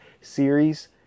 series